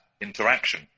interaction